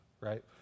right